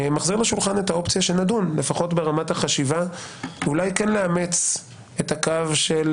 אני מחזיר לשולחן את האופציה לחשוב על אימוץ הקו של